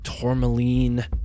tourmaline